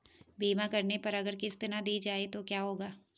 बीमा करने पर अगर किश्त ना दी जाये तो क्या होगा?